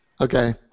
Okay